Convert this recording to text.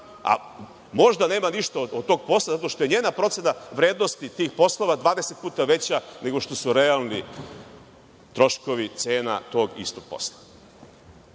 a možda nema ništa od tog posla zato što je njena procena vrednosti tih poslova 20 puta veća nego što su realni troškovi cena tog istog posla.U